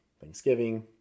Thanksgiving